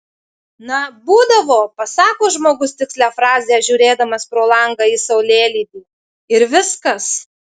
na būdavo pasako žmogus tikslią frazę žiūrėdamas pro langą į saulėlydį ir viskas